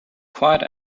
quite